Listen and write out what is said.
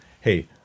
Hey